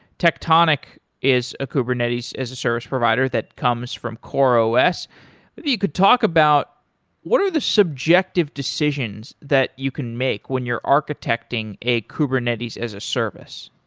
tectonic is a kubernetes as a service provider that comes from coreos. maybe you could talk about what are the subjective decisions that you can make when you're architecting a kubernetes as a service.